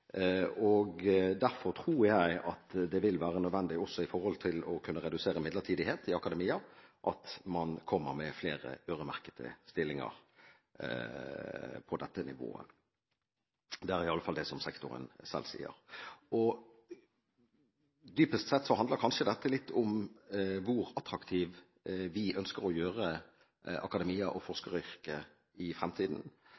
Derfor tror jeg at det vil være nødvendig – også for å kunne redusere midlertidighet i akademia – at man kommer med flere øremerkede stillinger på dette nivået. Det er iallfall det sektoren selv sier. Dypest sett handler dette kanskje litt om hvor attraktivt vi ønsker å gjøre akademia og